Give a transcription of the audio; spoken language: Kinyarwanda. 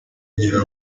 y’ingabo